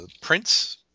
Prince